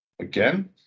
again